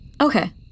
Okay